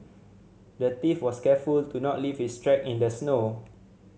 the thief was careful to not leave his track in the snow